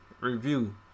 review